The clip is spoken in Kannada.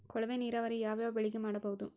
ಕೊಳವೆ ನೀರಾವರಿ ಯಾವ್ ಯಾವ್ ಬೆಳಿಗ ಮಾಡಬಹುದು?